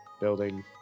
building